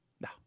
No